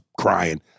crying